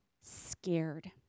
scared